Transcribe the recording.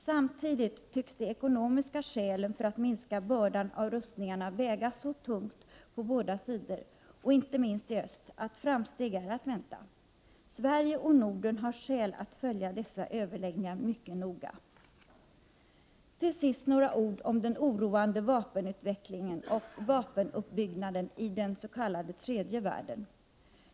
Samtidigt tycks de ekonomiska skälen för att minska bördan av rustningarna väga så tungt på båda sidor, inte minst i öst, att framsteg är att vänta. Sverige och Norden har skäl att följa dessa överläggningar mycket noga. Till sist några ord om den oroande vapenutvecklingen och vapenuppbyggnaden i den s.k. tredje världen.